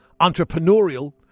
entrepreneurial